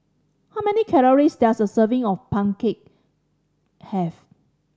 how many calories does a serving of pumpkin cake have